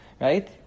right